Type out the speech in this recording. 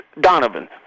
Donovan